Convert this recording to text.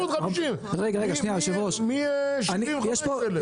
750 מ- 75 אלף.